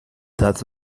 that